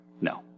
No